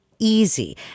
easy